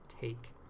take